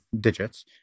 digits